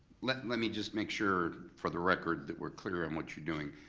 let let me just make sure, for the record, that we're clear in what you're doing.